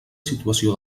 situació